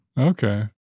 Okay